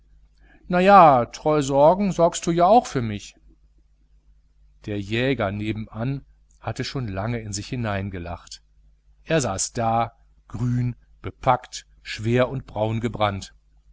na ja treusorgen sorgst du ja für mich der jäger nebenan hatte schon lange in sich hineingelacht er saß da grün bepackt schwer und